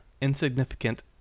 insignificant